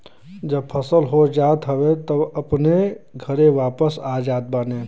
जब फसल हो जात हवे तब अपनी घरे वापस आ जात बाने